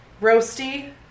roasty